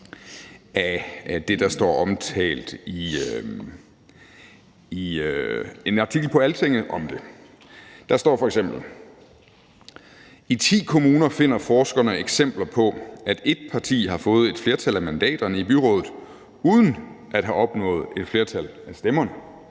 af det, der står omtalt i en artikel på Altinget om det. Der står f.eks.: »I ti kommuner finder forskerne eksempler på, at et parti har fået et flertal af mandaterne i byrådet uden at have opnået et flertal af stemmerne.«